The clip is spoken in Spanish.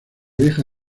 vieja